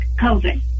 COVID